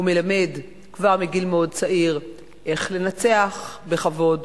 הוא מלמד כבר מגיל מאוד צעיר איך לנצח בכבוד,